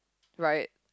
right